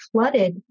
flooded